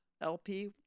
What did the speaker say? LP